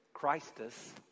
Christus